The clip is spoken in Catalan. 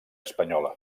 espanyola